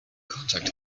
contact